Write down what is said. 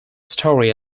story